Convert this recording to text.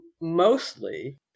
mostly